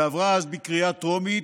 ועברה אז בקריאה טרומית,